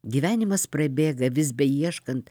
gyvenimas prabėga vis beieškant